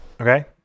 Okay